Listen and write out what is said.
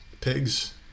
pigs